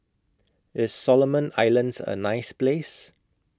IS Solomon Islands A nice Place